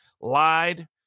lied